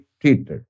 treated